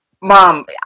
mom